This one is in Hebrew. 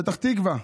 פתח תקווה,